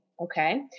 Okay